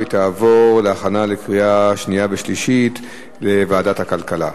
והיא תעבור להכנה לקריאה שנייה ושלישית בוועדת הכלכלה.